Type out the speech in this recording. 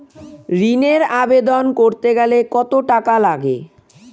ঋণের আবেদন করতে গেলে কত টাকা লাগে?